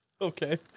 Okay